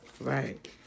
Right